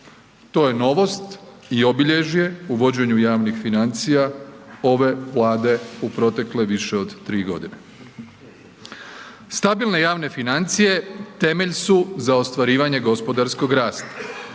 To je novost i obilježje u vođenju javnih financija ove Vlade u protekle više od 3 godine. Stabilne javne financije temelj su za ostvarivanje gospodarskog rasta,